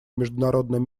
международным